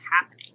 happening